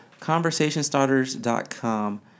conversationstarters.com